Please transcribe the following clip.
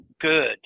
good